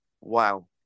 wow